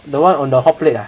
the one on the hotplate ah